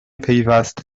پیوست